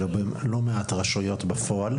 ובלא מעט רשויות נוספות.